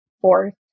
fourth